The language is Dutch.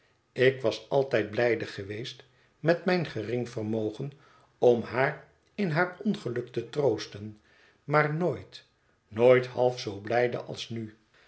ik was altijd blijde geweest met mijn gering vermogen om haar in haar ongeluk te troosten maar nooit nooit half zoo blijde als nu